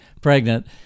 pregnant